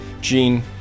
gene